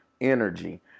energy